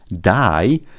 die